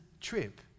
trip